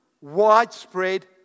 widespread